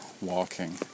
walking